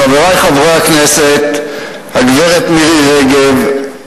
חברי חברי הכנסת הגברת מירי רגב,